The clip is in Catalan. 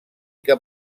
que